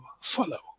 follow